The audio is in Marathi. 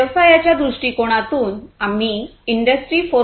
व्यवसायाच्या दृष्टीकोनातून आम्ही इंडस्ट्री 4